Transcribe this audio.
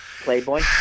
Playboy